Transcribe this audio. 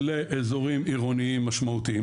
לאזורים עירוניים משמעותיים,